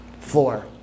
floor